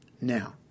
Now